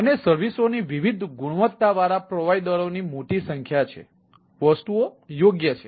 અને સર્વિસઓની વિવિધ ગુણવત્તા વાળા પ્રોવાઇડરઓની મોટી સંખ્યા છે વસ્તુઓ યોગ્ય છે